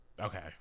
Okay